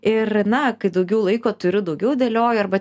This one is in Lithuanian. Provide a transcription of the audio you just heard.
ir na kai daugiau laiko turiu daugiau dėlioju arba